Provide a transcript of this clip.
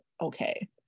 okay